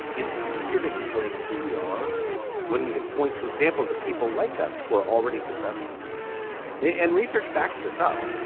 it's easier to explain who we are when we can point to examples of people like us who are already successful in and research backs this up.